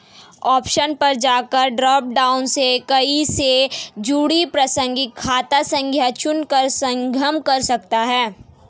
option पर जाकर drop down से कार्ड से जुड़ी प्रासंगिक खाता संख्या चुनकर सक्षम कर सकते है